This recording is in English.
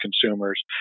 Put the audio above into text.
consumers